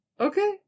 okay